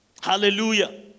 Hallelujah